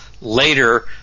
later